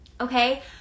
okay